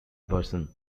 version